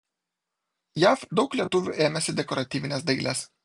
jav daug lietuvių ėmėsi dekoratyvinės dailės